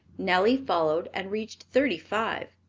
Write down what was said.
nellie followed and reached thirty-five.